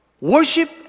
Worship